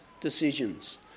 decisions